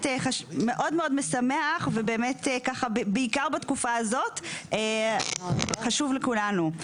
מאוד מאוד משמח ובעיקר בתקופה הזאת חשוב לכולנו.